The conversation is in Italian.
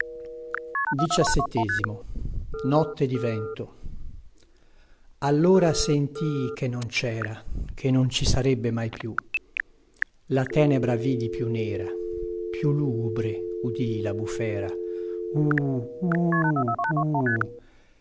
dl vento allora sentii che non cera che non ci sarebbe mai più la tenebra vidi più nera più lugubre udii la bufera